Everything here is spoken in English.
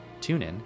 TuneIn